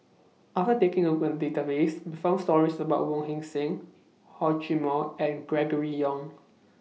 after taking A Look At The Database We found stories about Wong Heck Sing Hor Chim More and Gregory Yong